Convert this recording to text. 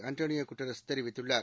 Antonio Guterres தெரிவித்தள்ளார்